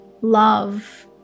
Love